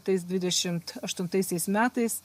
tais dvidešimt aštuntaisiais metais